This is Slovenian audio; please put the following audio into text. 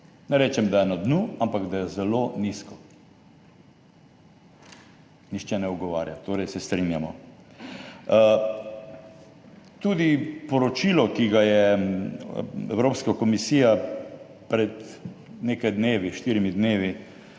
Ne rečem, da je na dnu, ampak da je zelo nizko. Nihče ne ugovarja, torej se strinjamo. Tudi poročilo, ki ga je Evropska komisija pred nekaj dnevi, štirimi dnevi